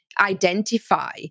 identify